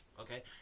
Okay